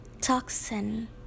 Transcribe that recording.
toxin